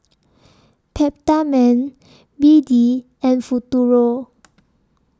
Peptamen B D and Futuro